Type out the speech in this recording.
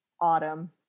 Autumn